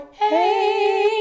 hey